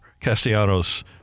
Castellanos